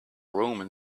roman